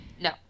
No